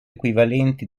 equivalenti